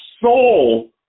soul